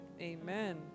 Amen